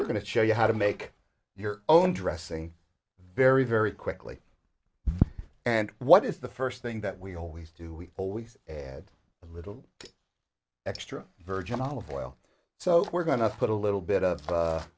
we're going to show you how to make your own dressing very very quickly and what is the first thing that we always do we always add a little extra virgin olive oil so we're going to put a little bit of a